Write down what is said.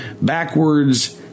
backwards